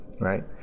right